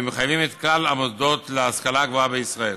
והם מחייבים את כלל המוסדות להשכלה גבוהה בישראל.